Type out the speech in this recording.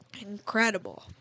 Incredible